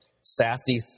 sassy